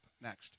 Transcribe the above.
Next